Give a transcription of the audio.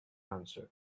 answered